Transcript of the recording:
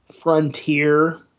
frontier